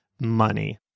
money